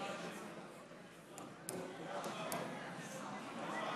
להלן תוצאות